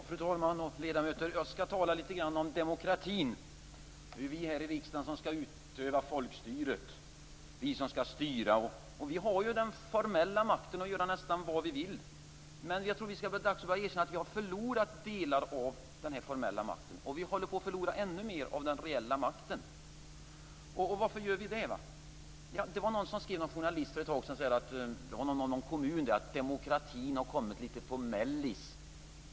Fru talman! Ledamöter! Jag skall tala om demokratin. Det är vi här i riksdagen som skall utöva folkstyret. Vi har ju den formella makten att göra nästan vad vi vill. Men jag tror att det är dags att börja erkänna att vi har förlorat delar av den formella makten och att vi håller på att förlora ännu mer av den reella makten. Varför gör vi det? En journalist skrev för ett tag sedan apropå någon kommun att demokratin har kommit litet på "mellis".